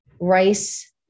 rice